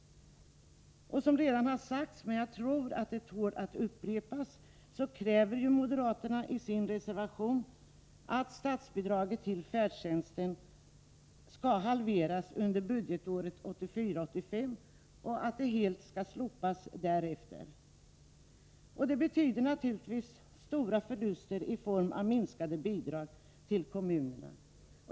Som redan har sagts — men jag tror att det tål att upprepas — kräver ju moderaterna i sin reservation att statsbidraget till färdtjänsten skall halveras under budgetåret 1984/85 och helt slopas därefter. Det betyder naturligtvis stora förluster i form av minskade bidrag till kommunerna.